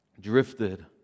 drifted